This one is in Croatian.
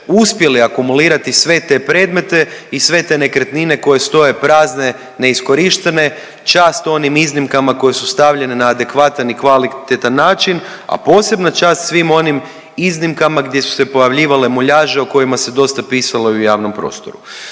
uspjeli akumulirati sve te predmete i sve te nekretnine koje stoje prazne i neiskorištene, čast onim iznimkama koje su stavljene na adekvatan i kvalitetan način, a posebna čast svim onim iznimkama gdje su se pojavljivale muljaže o kojima se dosta pisalo i u javnom prostoru.